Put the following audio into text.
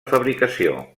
fabricació